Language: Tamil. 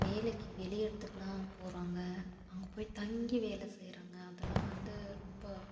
வேலைக்கு வெளி இடதுக்குலாம் போகிறாங்க அங்கே போய் தங்கி வேலை செய்கிறாங்க அதெல்லாம் வந்து ரொம்ப